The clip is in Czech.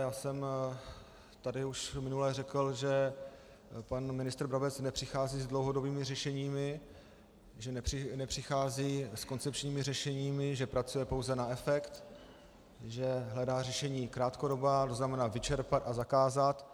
Já jsem tady už minule řekl, že pan ministr Brabec nepřichází s dlouhodobými řešeními, že nepřichází s koncepčními řešeními, že pracuje pouze na efekt, že hledá řešení krátkodobá, to znamená vyčerpat a zakázat.